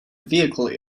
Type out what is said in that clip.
vehicle